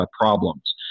problems